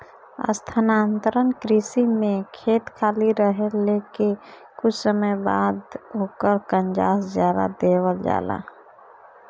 स्थानांतरण कृषि में खेत खाली रहले के कुछ समय बाद ओकर कंजास जरा देवल जाला